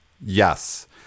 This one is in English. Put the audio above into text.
Yes